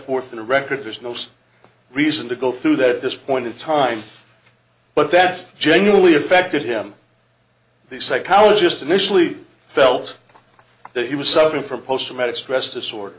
we're in a record there's no reason to go through that this point in time but that's generally affected him the psychologist initially felt that he was suffering from post traumatic stress disorder